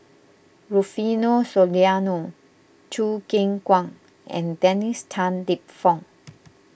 Rufino Soliano Choo Keng Kwang and Dennis Tan Lip Fong